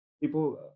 people